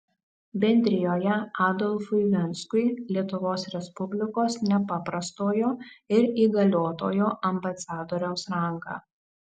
bendrijoje adolfui venskui lietuvos respublikos nepaprastojo ir įgaliotojo ambasadoriaus rangą